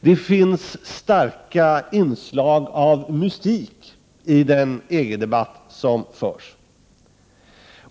Det finns starka inslag av mystik i den EG-debatt som förs.